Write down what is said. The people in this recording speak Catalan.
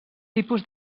tipus